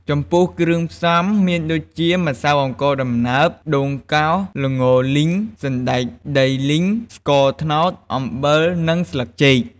ចំពោះគ្រឿងផ្សំមានដូចជា ម្សៅអង្ករដំណើប ដូងកោស ល្ងលីង សណ្តែកដីលីង ស្ករត្នោត អំបិល និងស្លឹកចេក។